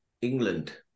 England